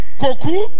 Koku